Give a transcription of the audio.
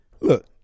Look